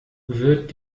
wird